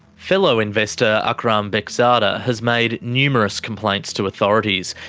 fellow investor akram bekzada has made numerous complaints to authorities,